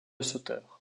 sauteur